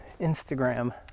Instagram